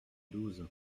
douze